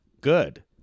good